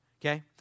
okay